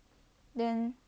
then